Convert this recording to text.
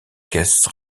caisses